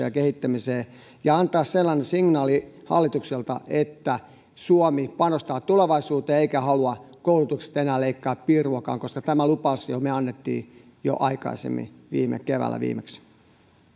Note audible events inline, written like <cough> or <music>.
<unintelligible> ja kehittämiseen ja antaa hallitukselta sellainen signaali että suomi panostaa tulevaisuuteen eikä halua koulutuksesta enää leikata piiruakaan koska tämän lupauksen me annoimme jo aikaisemmin viime keväänä viimeksi